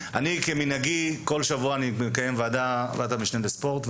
כמנהגי, כל שבוע אני מקיים ועדת משנה לספורט.